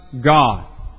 God